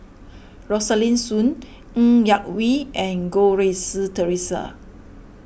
Rosaline Soon Ng Yak Whee and Goh Rui Si theresa